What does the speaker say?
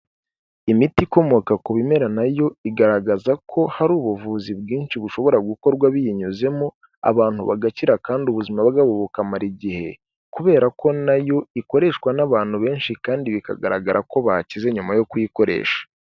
Imiti ikomoka ku bimera na yo igaragaza ko hari ubuvuzi bwinshi bushobora gukorwa biyinyuzemo, abantu bagakira kandi ubuzima bwabo bukamara igihe, kubera ko na yo ikoreshwa n'abantu benshi kandi bikagaragara ko bakize nyuma yo kuyikoresha.